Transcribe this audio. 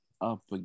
up